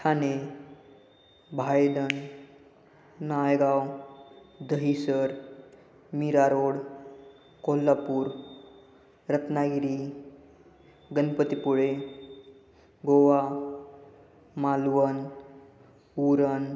Thane Bhayandar Naigaon Dahisar Mira Road Kolhapur Ratnagiri Ganpatipule Goa Malvan Uran